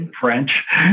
French